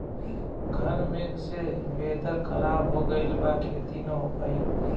घन मेघ से वेदर ख़राब हो गइल बा खेती न हो पाई